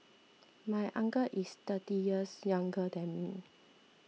my uncle is thirty years younger than me